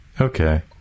Okay